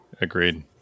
Agreed